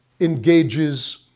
engages